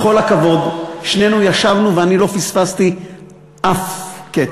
בכל הכבוד, שנינו ישבנו ואני לא פספסתי אף קטע.